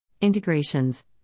Integrations